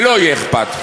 לא יהיה אכפת.